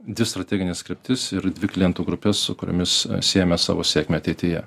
dvi strategines kryptis ir dvi klientų grupes su kuriomis siejame savo sėkmę ateityje